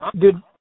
Dude